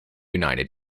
united